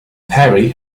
perry